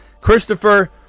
Christopher